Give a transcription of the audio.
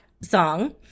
song